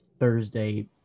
thursday